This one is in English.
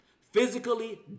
Physically